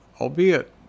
albeit